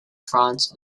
france